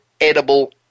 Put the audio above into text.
edible